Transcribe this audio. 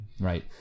right